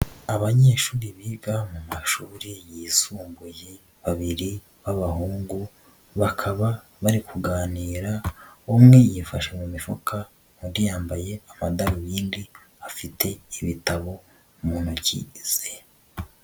Abanyeshuri biga mu mashuri yisumbuye babiri b'abahungu, bakaba bari kuganira, umwe yifashe mu mifuka, undi yambaye amadarubindi, afite ibitabo mu ntoki ze.